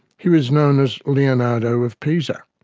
he was known as leonardo of pisa.